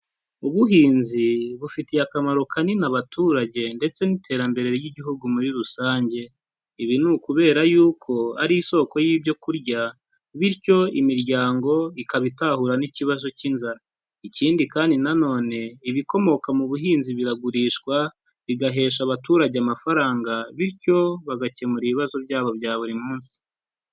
Ubuhinzi bufitiye akamaro kanini abaturage ndetse n'iterambere ry'Igihugu muri rusange. Ibi ni ukubera yuko ari isoko y'ibyo kurya, bityo imiryango ikaba itahura n'ikibazo cy'inzara. Ikindi kandi na none ibikomoka mu buhinzi biragurishwa bigahesha abaturage amafaranga, bityo bagakemura ibibazo byabo bya buri munsi.